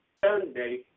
Sunday